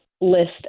list